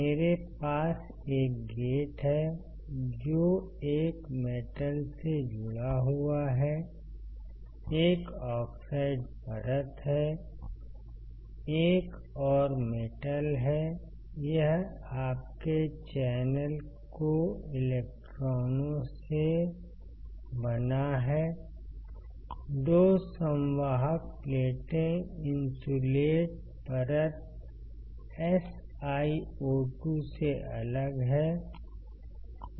मेरे पास एक गेट है जो एक मेटल से जुड़ा हुआ है एक ऑक्साइड परत है एक और मेटल है यह आपके चैनल को इलेक्ट्रॉनों से बना है 2 संवाहक प्लेटें इन्सुलेट परत SiO2 से अलग है